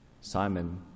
Simon